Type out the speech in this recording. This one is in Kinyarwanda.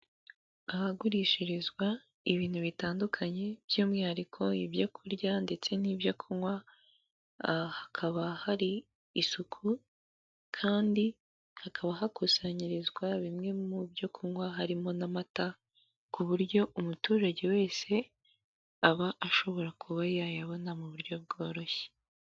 Ahagurishirizwa ibintu bitandukanye by'umwihariko ibyorya ndetse n'ibyo kunywa, hakaba hari isuku kandi hakaba hakusanyirizwa bimwe mu byo kunywa harimo n'amata, ku buryo umuturage wese aba ashobora kuba yayabona mu buryo bworoshye.